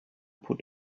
put